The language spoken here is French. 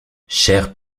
chers